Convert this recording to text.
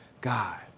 God